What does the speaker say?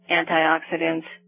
antioxidants